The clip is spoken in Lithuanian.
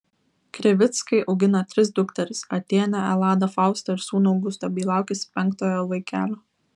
krivickai augina tris dukteris atėnę eladą faustą ir sūnų augustą bei laukiasi penktojo vaikelio